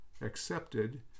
accepted